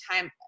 time